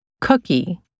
Cookie